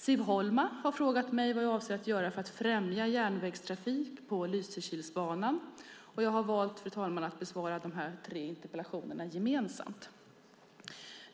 Siv Holma har frågat mig vad jag avser att göra för att främja järnvägstrafik på Lysekilsbanan. Jag har valt att besvara de tre interpellationerna gemensamt.